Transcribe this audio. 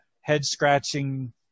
head-scratching